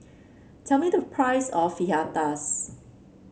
tell me the price of Fajitas